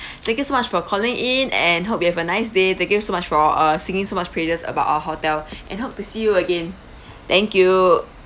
thank you so much for calling in and hope you have a nice day thank you so much for uh singing so much praises about our hotel and hope to see you again thank you